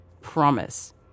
Promise